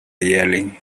yelling